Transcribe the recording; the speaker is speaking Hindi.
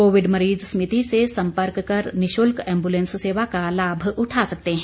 कोविड मरीज समिति से संपर्क कर निशुल्क एम्बुलेंस सेवा का लाभ उठा सकते हैं